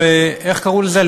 איך קראו לזה,